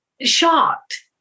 shocked